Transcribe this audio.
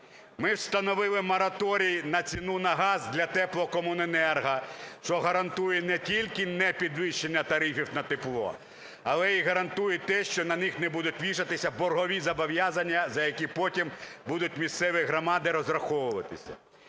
Ми встановили мораторій на ціну на газ для теплокомуненерго, що гарантує не тільки непідвищення тарифів на тепло, але і гарантує те, що на них не будуть вішатися боргові зобов'язання, за які потім будуть місцеві громади розраховуватися.